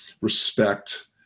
respect